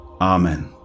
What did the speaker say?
Amen